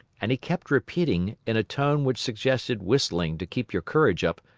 and he kept repeating, in a tone which suggested whistling to keep your courage up,